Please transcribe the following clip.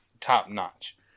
top-notch